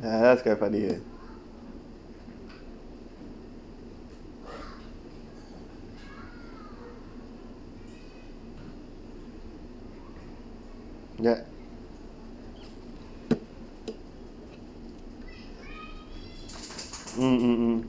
that's quite funny leh ya mm mm mm